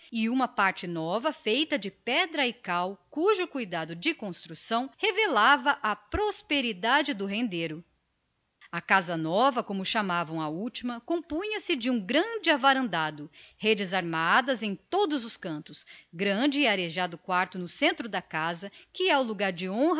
uma parte nova feita de pedra e cal cujo cuidado de construção revelava a prosperidade do rendeiro a casa nova como chamavam a última parte compunha-se de um grande avarandado no qual fazendo as vezes de cadeiras viam-se redes armadas em todos os cantos no centro que é o lugar de